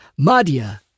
Madia